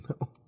No